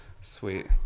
Sweet